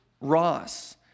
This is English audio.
Ross